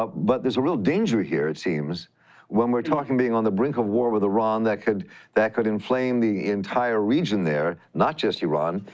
ah but there's a real danger here it seems when we're talking being on the brink of war with iran. that could that could inflame the entire region there, not just iran.